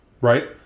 right